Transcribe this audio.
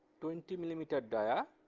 twenty millimeter dia,